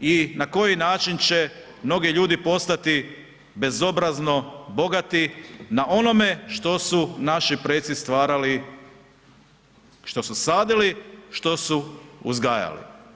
i na koji način će mnogi ljudi postati bezobrazno bogati na onome što su naši preci stvarali, što su sadili, što su uzgajali.